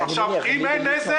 אם אין נזק,